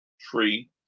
tree